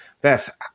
Beth